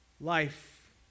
Life